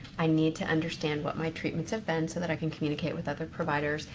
i need to understand what my treatments have been so that i can communicate with other providers.